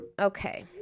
okay